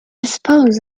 suppose